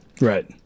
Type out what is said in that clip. Right